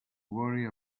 worry